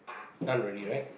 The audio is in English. done already right